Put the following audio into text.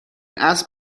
اسب